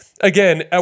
again